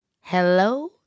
Hello